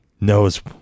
knows